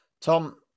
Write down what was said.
tom